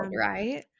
right